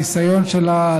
הניסיון שלה,